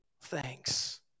thanks